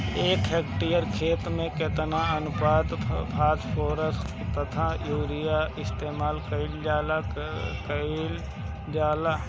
एक हेक्टयर खेत में केतना अनुपात में फासफोरस तथा यूरीया इस्तेमाल कईल जाला कईल जाला?